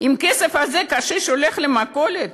עם הכסף הזה קשיש הולך למכולת?